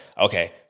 Okay